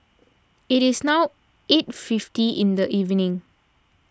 it is now eight fifty in the evening